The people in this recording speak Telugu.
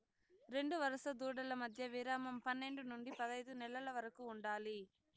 రెండు వరుస దూడల మధ్య విరామం పన్నేడు నుండి పదైదు నెలల వరకు ఉండాలి